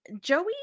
Joey